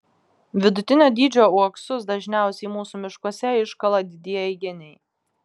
vidutinio dydžio uoksus dažniausiai mūsų miškuose iškala didieji geniai